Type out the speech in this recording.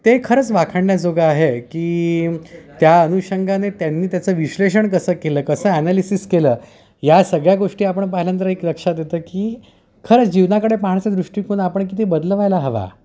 ते खरंच वाखाणण्याजोगं आहे की त्या अनुषंगाने त्यांनी त्याचं विश्लेषण कसं केलं कसं ॲनालिसिस केलं या सगळ्या गोष्टी आपण पाहिल्या नंतर एक लक्षात येतं की खरंच जीवनाकडे पाहण्याचा दृष्टिकोन आपण किती बदलवायला हवा